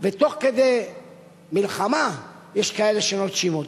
ותוך כדי מלחמה יש כאלה שנוטשים אותו.